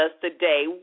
today